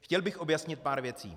Chtěl bych objasnit pár věcí.